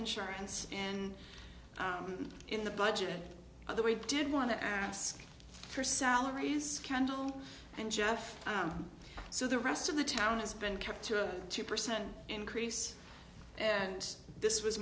insurance and in the budget although we did want to ask for salaries scandal and jeff so the rest of the town has been kept to a two percent increase and this was